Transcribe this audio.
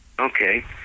Okay